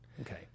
Okay